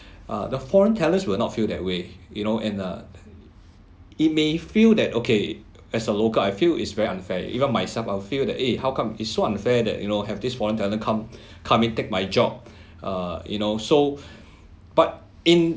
uh the foreign talents will not feel that way you know and uh it may feel that okay as a local I feel is very unfair even myself I'll feel that eh how come it's so unfair that you know have this foreign talent come come and take my job uh you know so but in